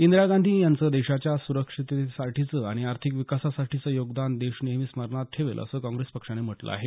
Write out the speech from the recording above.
इंदिरा गांधी यांचं देशाच्या सुरक्षिततेसाठीचं आणि आर्थिक विकासासाठीचं योगदान देश नेहमी स्मरणात ठेवेल असं काँग्रेस पक्षानं म्हटलं आहे